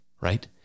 right